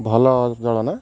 ଭଲ